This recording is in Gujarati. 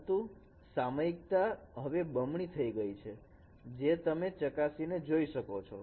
પરંતુ સામયિકતા હવે બમણી થઈ ગઈ છે જે તમે ચકાસીને જોઈ શકો છો